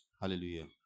Hallelujah